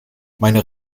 meine